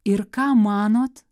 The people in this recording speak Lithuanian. ir ką manot